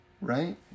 Right